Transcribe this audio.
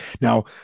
Now